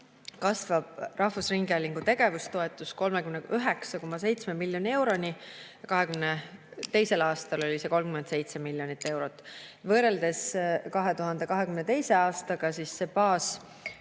kasvab rahvusringhäälingu tegevustoetus 39,7 miljoni euroni. 2022. aastal oli see 37 miljonit eurot. Võrreldes 2022. aastaga on see baas,